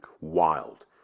Wild